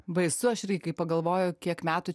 baisu aš irgi kai pagalvoju kiek metų